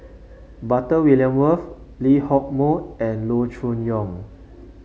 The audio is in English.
Butter Lee Hock Moh and Loo Choon Yong